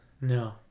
no